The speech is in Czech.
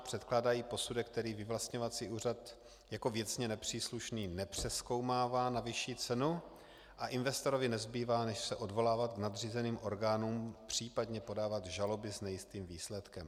Předkládají posudek, který vyvlastňovací úřad jako věcně nepříslušný nepřezkoumává na vyšší cenu, a investorovi nezbývá než se odvolávat k nadřízeným orgánům, případně podávat žaloby s nejistým výsledkem.